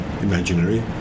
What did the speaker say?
imaginary